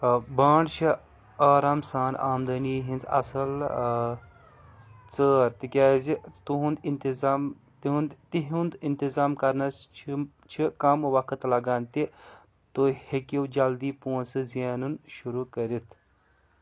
بانڈ چھےٚ آرام سان آمدنی ہِنٛز اصٕل ژٲر تِکیازِ تُہُنٛد انتظام تِہُنٛد تِہُنٛد انتظام کرنس چھِم چھِ کم وقت لگان تہِ تُہۍ ہیكِو جلدی پون٘سہٕ زینُن شروع كٔرِتھ